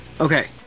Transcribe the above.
Okay